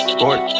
Sport